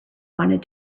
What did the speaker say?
wanted